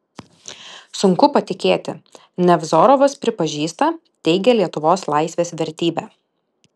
sunku patikėti nevzorovas pripažįsta teigia lietuvos laisvės vertybę